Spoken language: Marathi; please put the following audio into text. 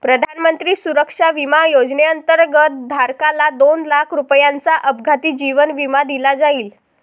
प्रधानमंत्री सुरक्षा विमा योजनेअंतर्गत, धारकाला दोन लाख रुपयांचा अपघाती जीवन विमा दिला जाईल